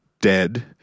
dead